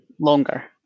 longer